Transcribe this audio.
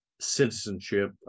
Citizenship